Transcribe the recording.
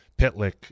Pitlick